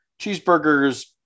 cheeseburgers